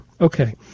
Okay